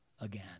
again